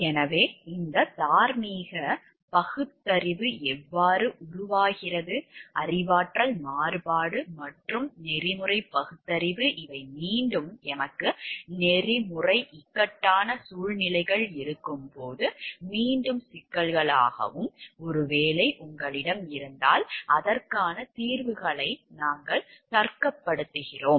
எனவே இந்த தார்மீக பகுத்தறிவு எவ்வாறு உருவாகிறது அறிவாற்றல் மாறுபாடு மற்றும் நெறிமுறை பகுத்தறிவு இவை மீண்டும் எமக்கு நெறிமுறை இக்கட்டான சூழ்நிலைகள் இருக்கும்போது மீண்டும் சிக்கல்களாகும் ஒருவேளை உங்களிடம் இருந்தால் அதற்கான தீர்வுகளை நாங்கள் தர்க்கப்படுத்துகிறோம்